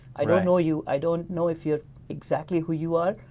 i don't know you. i don't know if you're exactly who you are.